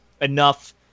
enough